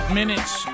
minutes